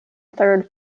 third